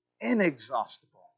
inexhaustible